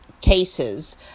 Cases